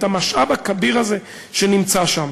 את המשאב הכביר הזה שנמצא שם.